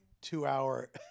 two-hour